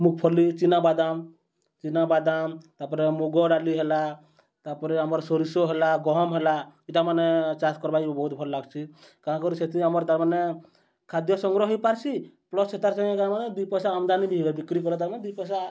ମୁଫଲି ଚିନାବାଦାମ୍ ଚିନାବାଦାମ୍ ତା'ର୍ପରେ ମୁଗ ଡାଲି ହେଲା ତା'ର୍ପରେ ଆମର୍ ସୋରିଷ ହେଲା ଗହମ୍ ହେଲା ଇ'ଟାମାନେ ଚାଷ୍ କର୍ବାର୍କେ ବି ବହୁତ୍ ଭଲ୍ ଲାଗ୍ସି କାଁ କରି ସେଥି ଆମର୍ ତା'ର୍ମାନେ ଖାଦ୍ୟ ସଂଗ୍ରହ ହେଇପାର୍ସି ପ୍ଲସ୍ ସେ ତା'ର୍ ସାଙ୍ଗେ ମାନେ ଦୁଇ ପଇସା ଆମ୍ଦାନୀ ବି ବିକ୍ରି କର୍ଲେ ତା'ର୍ମାନେ ଦୁଇ ପଇସା